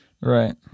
Right